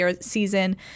season